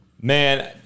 man